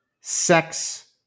sex